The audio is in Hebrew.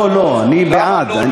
לא לא, אני בעד.